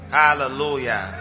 hallelujah